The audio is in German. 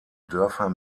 dörfer